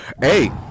Hey